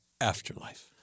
afterlife